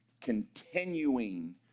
continuing